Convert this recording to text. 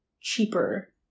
cheaper